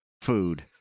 food